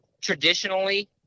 traditionally